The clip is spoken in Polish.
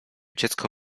dziecko